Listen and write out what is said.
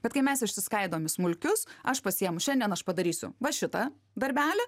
bet kai mes išsiskaidom į smulkius aš pasiimu šiandien aš padarysiu va šitą darbelį